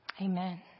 amen